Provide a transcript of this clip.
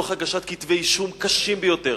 תוך הגשת כתבי אישום קשים ביותר.